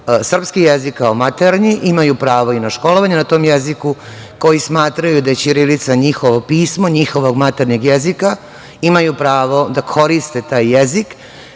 srpski jezik kao maternji imaju pravo i na školovanje na tom jeziku, koji smatraju da je ćirilica njihovo pismo, njihovog maternjeg jezika, imaju pravo da koriste taj jezik